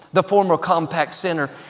the former compaq center,